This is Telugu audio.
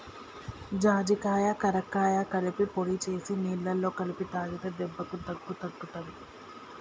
జాజికాయ కరక్కాయ కలిపి పొడి చేసి నీళ్లల్ల కలిపి తాగితే దెబ్బకు దగ్గు తగ్గుతది